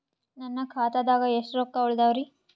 ನನ್ನ ಖಾತಾದಾಗ ಎಷ್ಟ ರೊಕ್ಕ ಉಳದಾವರಿ?